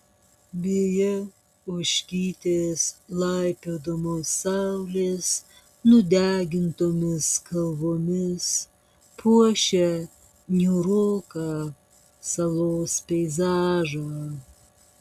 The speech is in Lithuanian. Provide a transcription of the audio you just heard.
beje ožkytės laipiodamos saulės nudegintomis kalvomis puošia niūroką salos peizažą